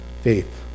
Faith